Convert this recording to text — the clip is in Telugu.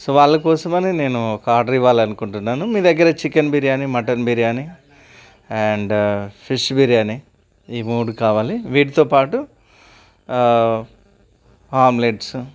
సో వాళ్ళ కోసమని నేను ఒక ఆర్డర్ ఇవ్వాలి అనుకుంటున్నాను మీ దగ్గర chicken biryani mutton biryani and fish biryani ఈ మూడు కావాలి వీటితో పాటు ఆమ్లెట్స్